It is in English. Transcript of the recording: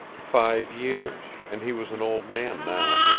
five years, and he was an old man now.